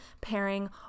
pairing